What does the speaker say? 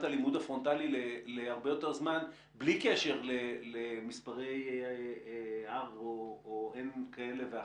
הלימוד הפרונטלי להרבה יותר זמן בלי קשר למספרי R או N כאלה ואחרים.